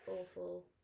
awful